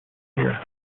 year